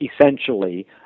essentially